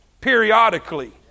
periodically